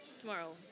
Tomorrow